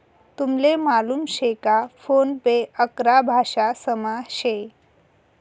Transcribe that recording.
तुमले मालूम शे का फोन पे अकरा भाषांसमा शे